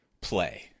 play